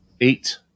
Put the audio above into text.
eight